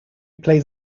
plays